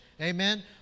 Amen